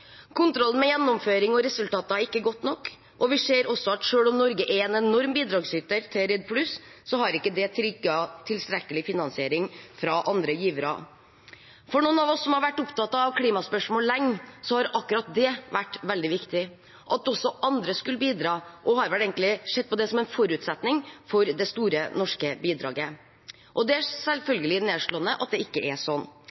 Kontrollen med gjennomføring og resultater er ikke god nok, og vi ser også at selv om Norge er en enorm bidragsyter til REDD+, har ikke det trigget tilstrekkelig finansiering fra andre givere. For noen av oss som har vært opptatt av klimaspørsmål lenge, har akkurat det vært veldig viktig. At også andre skulle bidra, har vi vel egentlig sett på som en forutsetning for det store norske bidraget, og det er selvfølgelig nedslående at det ikke er sånn